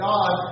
God